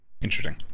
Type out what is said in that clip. Interesting